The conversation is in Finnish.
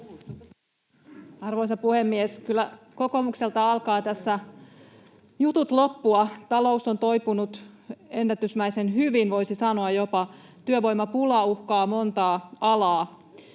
Arvoisa puhemies! Kyllä kokoomukselta alkavat tässä jutut loppua. Talous on toipunut ennätysmäisen hyvin, voisi sanoa, jopa työvoimapula uhkaa montaa alaa.